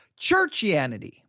churchianity